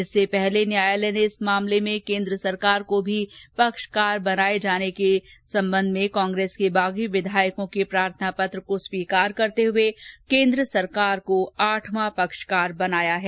इससे पहले न्यायालय ने इस मामले में केंद्र सरकार को भी पक्षकार बनाने जाने संबंधी कांग्रेस के बागी विधायकों के प्रार्थनापत्र को स्वीकार करते हए केंद्र सरकार को आठवां पक्षकार बनाया है